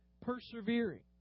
persevering